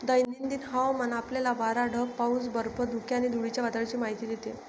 दैनंदिन हवामान आपल्याला वारा, ढग, पाऊस, बर्फ, धुके आणि धुळीच्या वादळाची माहिती देते